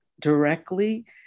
directly